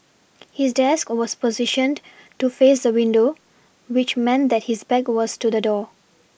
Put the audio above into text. his desk was positioned to face the window which meant that his back was to the door